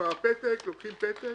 לוקחים פתק